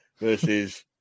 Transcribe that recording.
versus